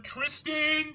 Tristan